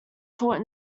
taught